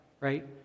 Right